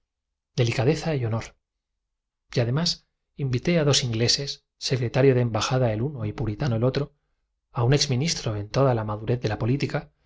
delicadeza y honor y además invité a dos ingleses secretario de em oh dios mío dios mío exclamó la joven echándose a llorar bajada el uno y puritano el otro a un exministro en toda la madurez en qué